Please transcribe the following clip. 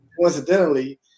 coincidentally